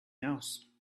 else